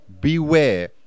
beware